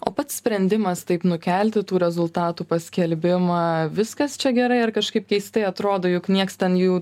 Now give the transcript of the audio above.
o pats sprendimas taip nukelti tų rezultatų paskelbimą viskas čia gerai ar kažkaip keistai atrodo juk nieks ten jų